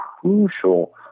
crucial